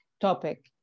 topic